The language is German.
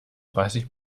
dreißig